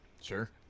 Sure